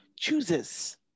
chooses